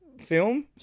film